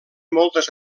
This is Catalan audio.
moltes